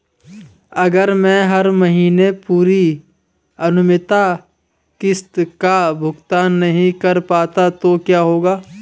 अगर मैं हर महीने पूरी अनुमानित किश्त का भुगतान नहीं कर पाता तो क्या होगा?